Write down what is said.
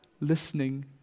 listening